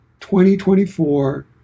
2024